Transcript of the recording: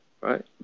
right